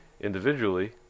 individually